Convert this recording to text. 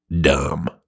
dumb